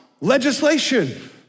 legislation